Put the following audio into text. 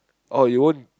oh you won't